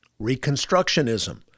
Reconstructionism